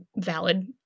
valid